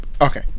Okay